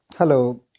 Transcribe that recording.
Hello